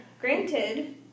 granted